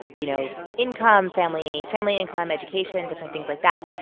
you know, income, family family income, education, different things like that.